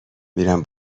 میرم